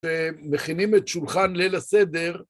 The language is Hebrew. מכינים את שולחן ליל הסדר,